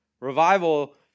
Revival